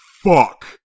fuck